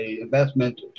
investment